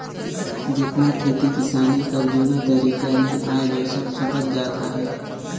जेतना खेती किसानी कर जूना तरीका रहिन आएज ओ सब छपत जात अहे